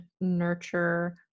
nurture